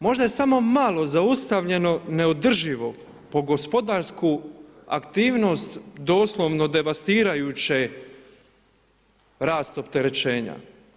Možda je samo malo zaustavljeno neodrživo po gospodarsku aktivnost doslovno devastirajuće, rast opterećenja.